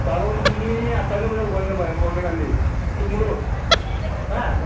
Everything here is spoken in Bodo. गाबोन फुंनि आदटासे बाजेयाव होबानो जाबाय मरनिं आलि टुम'र' हा